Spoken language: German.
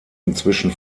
inzwischen